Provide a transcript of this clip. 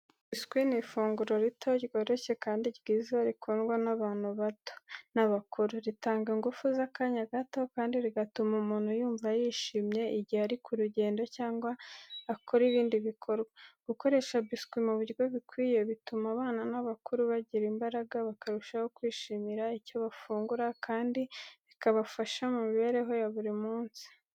Biswi ni ifunguro rito ryoroshye kandi ryiza rikundwa n’abantu bato n’abakuru. Ritanga ingufu z’akanya gato kandi rigatuma umuntu yumva yishimye igihe ari ku rugendo cyangwa akora ibindi bikorwa. Gukoresha biswi mu buryo bukwiye bituma abana n’abakuru bagira imbaraga, bakarushaho kwishimira icyo bafungura, kandi bikabafasha mu mibereho ya buri munsi.